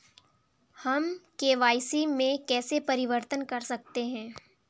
हम के.वाई.सी में कैसे परिवर्तन कर सकते हैं?